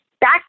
Back